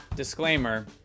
Disclaimer